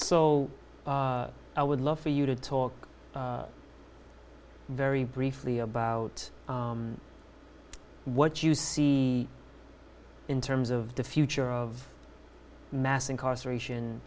so i would love for you to talk very briefly about what you see in terms of the future of mass incarceration